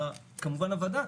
וכמובן הוועדה,